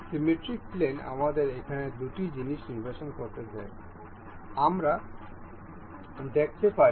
symmetric plane আমাদের এখানে দুটি জিনিস নির্বাচন করতে দেয় আমরা দেখতে পারি